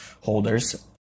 holders